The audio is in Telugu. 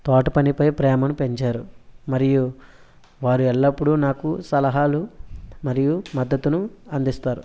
తోటపనిపై ప్రేమను పెంచారు మరియు వారు ఎల్లప్పుడూ నాకు సలహాలు మరియు మద్దతును అందిస్తారు